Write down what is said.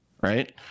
right